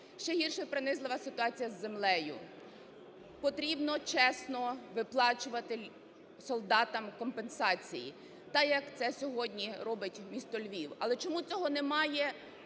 Ще гірша, принизлива ситуація з землею. Потрібно чесно виплачувати солдатам компенсації. Так, як це сьогодні робить місто Львів. Але чому цього немає